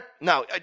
No